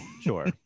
Sure